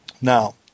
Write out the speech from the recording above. Now